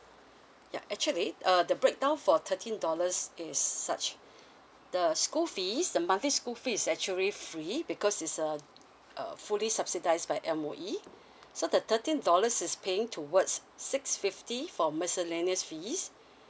ya actually uh the breakdown for thirteen dollars is such the school fees the monthly school fee is actually free because is uh uh fully subsidised by M_O_E so the thirteen dollars is paying towards six fifty for miscellaneous fees